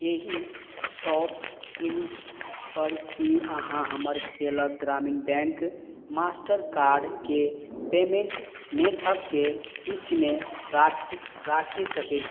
एहि शॉपक्लूजपर की अहाँ हमर केरल ग्रामीण बैंक मास्टर कार्डके पेमेंट मेथक के सूचीमे राख राखि सकय छी